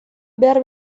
behar